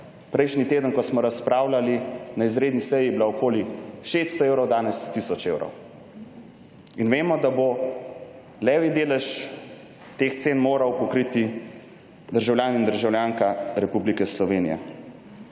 Prejšnji teden, ko smo razpravljali na izredni seji, je bila okoli 600 evrov, danes tisoč evrov. In vemo, da bo levji delež teh cen moral pokriti državljan in državljanka Republike Slovenije.